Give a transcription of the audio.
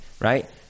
right